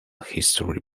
history